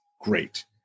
Great